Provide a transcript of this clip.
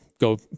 go